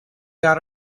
got